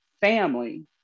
family